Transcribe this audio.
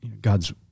god's